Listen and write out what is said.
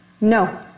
No